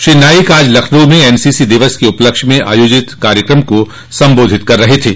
श्री नाईक आज लखनऊ में एनसीसी दिवस के उपलक्ष्य में आयोजित एक कार्यकम को सम्बाधित कर रहे थे